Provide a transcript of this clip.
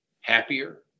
happier